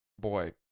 boy